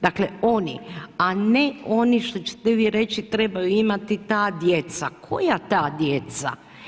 Dakle oni a ne oni što ćete vi reći trebaju imati ta djeca, koja ta djeca?